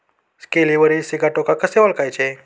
केळीवरील सिगाटोका कसे ओळखायचे?